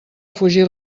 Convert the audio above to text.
fugir